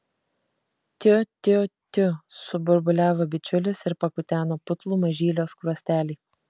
tiu tiu tiu suburbuliavo bičiulis ir pakuteno putlų mažylio skruostelį